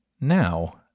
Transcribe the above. Now